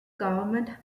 government